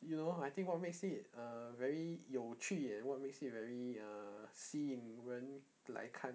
you know I think what makes it uh very 有趣 and what makes it very uh 吸引人来看